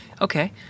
Okay